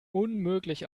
unmöglich